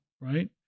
right